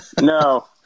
No